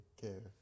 care